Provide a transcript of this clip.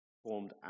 formed